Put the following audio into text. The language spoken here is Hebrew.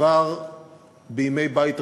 כבר בימי בית ראשון,